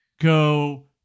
go